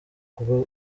kuba